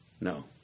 No